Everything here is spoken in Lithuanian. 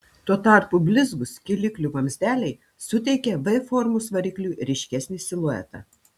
tuo tarpu blizgūs kėliklių vamzdeliai suteikia v formos varikliui ryškesnį siluetą